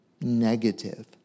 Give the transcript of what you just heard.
negative